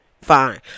fine